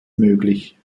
möglich